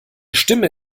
stimme